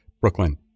Brooklyn